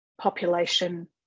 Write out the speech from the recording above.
population